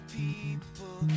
people